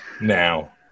now